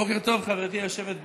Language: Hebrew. בוקר טוב, חברתי היושבת בראש.